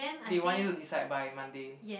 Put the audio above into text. they want you to decide by Monday